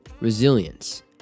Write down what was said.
Resilience